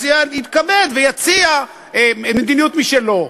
אז שיתכבד ויציע מדיניות משלו.